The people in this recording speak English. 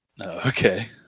Okay